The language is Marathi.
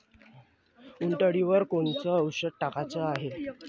उंटअळीवर कोनचं औषध कामाचं हाये?